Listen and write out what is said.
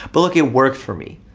but look it worked for me.